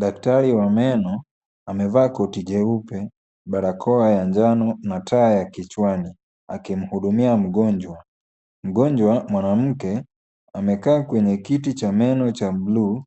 Daktari wa meno, amevaa koti jeupe, barakoa ya njano na taa ya kichwani, akimhudumia mgonjwa. Mgonjwa mwanamke, amekaa kwenye kiti cha meno cha bluu,